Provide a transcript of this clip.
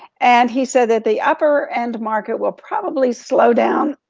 and he said that the upper end market, will probably slow down